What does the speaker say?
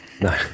No